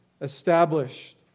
established